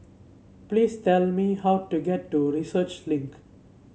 please tell me how to get to Research Link